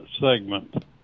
segment